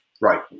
Right